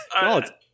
God